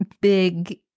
big